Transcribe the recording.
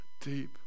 Deep